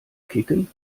kicken